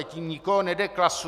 Tím nikoho nedeklasuji.